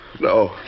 No